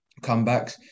comebacks